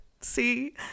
See